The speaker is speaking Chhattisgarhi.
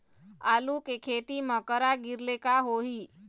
आलू के खेती म करा गिरेले का होही?